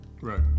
Right